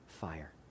fire